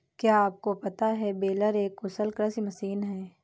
क्या आपको पता है बेलर एक कुशल कृषि मशीन है?